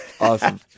Awesome